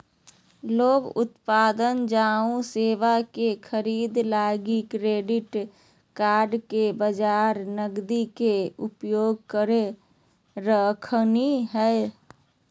लोग उत्पाद आऊ सेवा के खरीदे लगी क्रेडिट कार्ड के बजाए नकदी के उपयोग कर रहलखिन हें